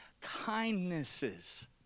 kindnesses